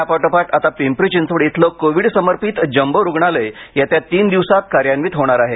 पुण्यापाठोपाठ आता पिंपरी चिंचवड इथलं कोवीड समर्पिंत जम्बो रुग्णालय येत्या तीन दिवसात कार्यान्वित होणार आहे